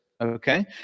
Okay